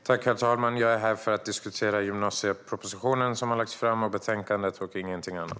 Herr talman! Jag är här för att diskutera gymnasiepropositionen och betänkandet som har lagts fram och ingenting annat.